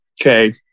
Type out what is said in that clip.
okay